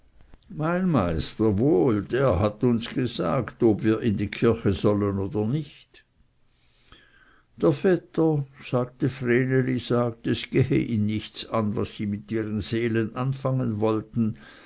mein meister wohl der hat uns gesagt ob wir in die kirche sollten oder nicht der vetter sagte vreneli sagt es gehe ihn nichts an was sie mit ihren seelen anfangen wollten